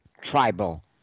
tribal